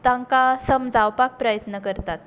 तांका समजावपाक प्रयत्न करतात